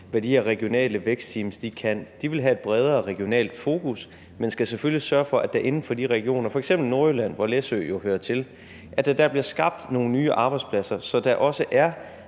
hvad de her regionale vækstteams kan. De vil have et bredere regionalt fokus, men skal selvfølgelig sørge for, at der inden for de regioner, f.eks. Nordjylland, hvor Læsø jo hører til, bliver skabt nogle nye arbejdspladser, så der også er